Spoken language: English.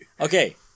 Okay